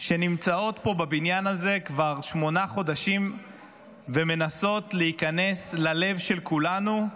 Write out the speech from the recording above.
שנמצאות פה בבניין הזה כבר שמונה חודשים ומנסות להיכנס ללב של כולנו,